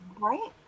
Right